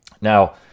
Now